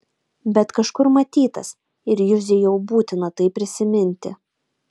bet kažkur matytas ir juzei jau būtina tai prisiminti